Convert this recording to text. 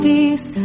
Peace